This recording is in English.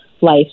life